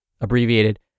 abbreviated